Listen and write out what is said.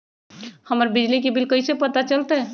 हमर बिजली के बिल कैसे पता चलतै?